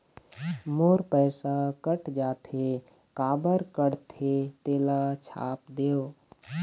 मोर पैसा कट जाथे काबर कटथे तेला छाप देव?